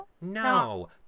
No